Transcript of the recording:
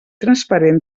transparent